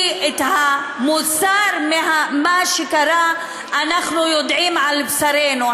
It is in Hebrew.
כי את המסר ממה שקרה אנחנו יודעים על בשרנו.